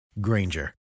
granger